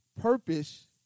purpose